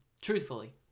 Truthfully